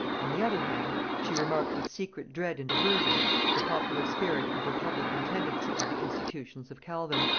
on the other hand, she remarked with secret dread and aversion the popular spirit and republican tendency of the institutions of calvin,